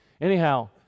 Anyhow